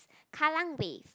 kallang Wave